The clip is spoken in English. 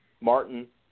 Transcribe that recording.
Martin